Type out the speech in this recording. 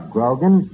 Grogan